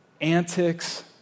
antics